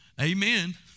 Amen